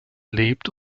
lebt